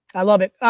i love it.